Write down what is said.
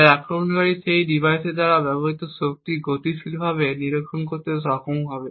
তাই আক্রমণকারী সেই ডিভাইসের দ্বারা ব্যবহৃত শক্তি গতিশীলভাবে নিরীক্ষণ করতে সক্ষম হবে